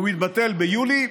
והוא מתבטל ביולי,